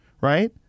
right